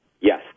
Yes